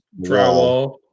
Drywall